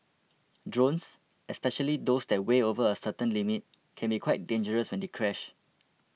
drones especially those that weigh over a certain limit can be quite dangerous when they crash